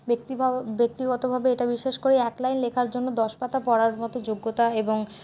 ব্যাক্তিগতভাবে এটা বিশ্বাস করি এক লাইন লেখার জন্য দশ পাতা পড়ার মতো যোগ্যতা এবং